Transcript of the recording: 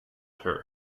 her